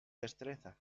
destreza